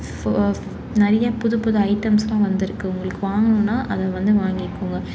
so நிறைய புது புது ஐட்டம்ஸ்லாம் வந்துருக்குது உங்களுக்கு வாங்கணுன்னால் அதை வந்து வாங்கிக்கோங்க